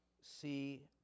see